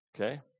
Okay